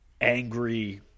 angry